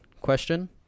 question